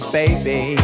baby